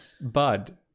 bud